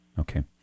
Okay